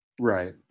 Right